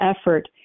effort